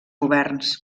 governs